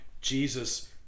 Jesus